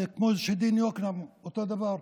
כמו שדין יקנעם אותו הדבר.